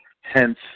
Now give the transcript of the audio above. Hence